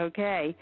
Okay